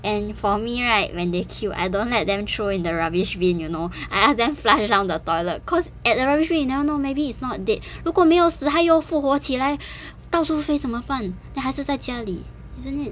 and for me right when they kill I don't let them throw in the rubbish bin you know I ask them flush down the toilet cause at the rubbish you never know maybe it's not dead 如果没有死它又复活起来到处飞怎么办 then 还是在家里 isn't it